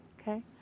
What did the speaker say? Okay